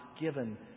given